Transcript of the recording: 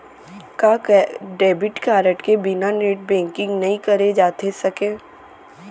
का debit card के बिना नेट बैंकिंग नई करे जाथे सके?